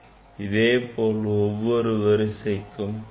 இதுபோல் ஒவ்வொரு வரிசைக்கும் கிடைக்கும்